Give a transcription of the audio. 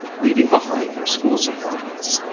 leaving behind their school supplies.